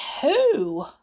who